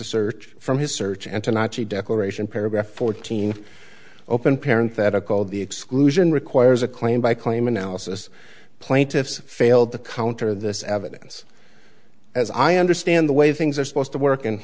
a search from his search and to not a declaration paragraph fourteen open parents that are called the exclusion requires a claim by claim analysis plaintiffs failed to counter this evidence as i understand the way things are supposed to work and